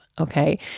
Okay